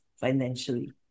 financially